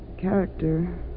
character